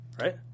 right